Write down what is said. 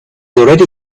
already